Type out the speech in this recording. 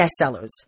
bestsellers